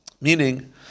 Meaning